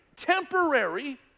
Temporary